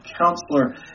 counselor